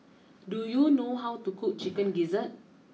do you know how to cook Chicken Gizzard